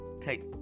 Take